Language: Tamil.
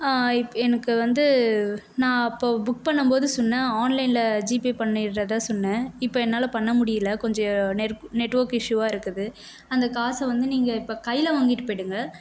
இப் எனக்கு வந்து நான் அப்போது புக் பண்ணும்போது சொன்னேன் ஆன்லைன்ல ஜிபே பண்ணிடுறதா சொன்னேன் இப்போ என்னால் பண்ண முடியல கொஞ்சம் நெர்க் நெட்ஒர்க் இஷ்யூவாக இருக்குது அந்த காசை வந்து நீங்கள் இப்போ கையில் வாங்கிட்டு போய்டுங்க